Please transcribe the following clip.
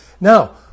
Now